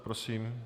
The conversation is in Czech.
Prosím.